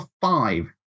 five